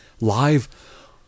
Live